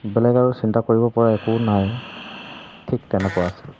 বেলেগ আৰু চিন্তা কৰিব পৰা একো নাই ঠিক তেনেকুৱা আছিল